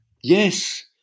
Yes